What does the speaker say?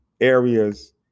areas